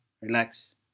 relax